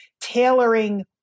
tailoring